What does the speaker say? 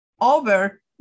over